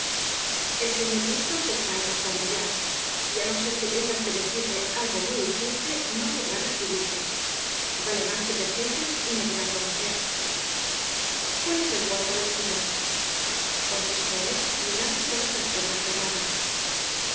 el señor linton se está acostando ya y a no ser que tengas que decirle algo muy urgente no podrá recibirte vale más que te sientes y me digas lo que sea cuál es el cuarto del señor contestó él mirando todas las puertas cerradas